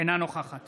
אינה נוכחת